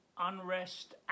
unrest